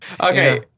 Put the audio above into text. Okay